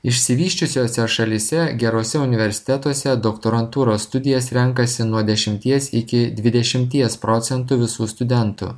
išsivysčiusiose šalyse geruose universitetuose doktorantūros studijas renkasi nuo dešimties iki dvidešimties procentų visų studentų